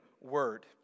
word